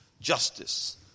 justice